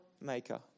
maker